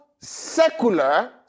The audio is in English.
secular